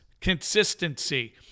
consistency